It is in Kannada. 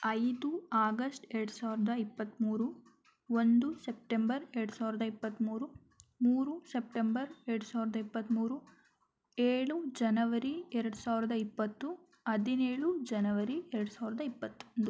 ಐದು ಆಗಶ್ಟ್ ಎರಡು ಸಾವಿರದ ಇಪ್ಪತ್ತ್ಮೂರು ಒಂದು ಸೆಪ್ಟೆಂಬರ್ ಎರಡು ಸಾವಿರದ ಇಪ್ಪತ್ತ್ಮೂರು ಮೂರು ಸೆಪ್ಟೆಂಬರ್ ಎರಡು ಸಾವಿರದ ಇಪ್ಪತ್ತ್ಮೂರು ಏಳು ಜನವರಿ ಎರಡು ಸಾವಿರದ ಇಪ್ಪತ್ತು ಹದಿನೇಳು ಜನವರಿ ಎರಡು ಸಾವಿರದ ಇಪ್ಪತ್ತೊಂದು